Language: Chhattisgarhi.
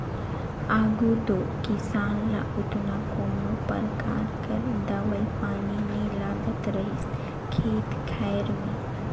आघु दो किसान ल ओतना कोनो परकार कर दवई पानी नी लागत रहिस खेत खाएर में